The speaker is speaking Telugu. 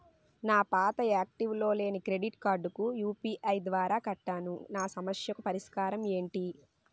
నా పాత యాక్టివ్ లో లేని క్రెడిట్ కార్డుకు యు.పి.ఐ ద్వారా కట్టాను నా సమస్యకు పరిష్కారం ఎంటి?